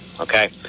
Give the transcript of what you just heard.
Okay